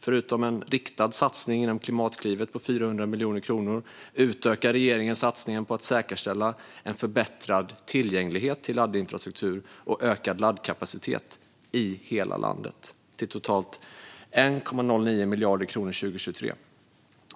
Förutom en riktad satsning inom Klimatklivet på 400 miljoner kronor utökar regeringen satsningen på att säkerställa en förbättrad tillgänglighet till laddinfrastruktur och ökad laddkapacitet i hela landet, till totalt 1,09 miljarder kronor 2023.